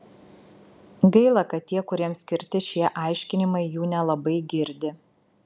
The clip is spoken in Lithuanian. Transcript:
gaila kad tie kuriems skirti šie aiškinimai jų nelabai girdi